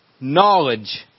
knowledge